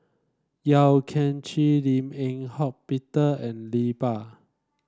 Yeo Kian Chye Lim Eng Hock Peter and Iqbal